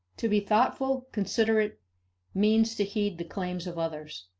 to be thoughtful, considerate, means to heed the claims of others.